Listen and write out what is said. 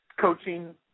coaching